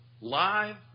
live